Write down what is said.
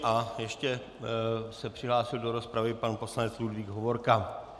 A ještě se přihlásil do rozpravy pan poslanec Ludvík Hovorka.